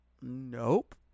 Nope